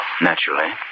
Naturally